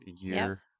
year